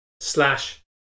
slash